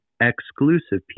exclusive